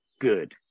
good